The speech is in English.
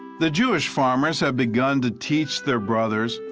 the jewish farmers have begun to teach their brothers,